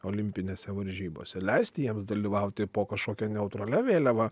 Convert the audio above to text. olimpinėse varžybose leisti jiems dalyvauti po kažkokia neutralia vėliava